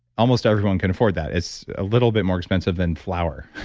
almost everyone can afford that. it's a little bit more expensive than flour,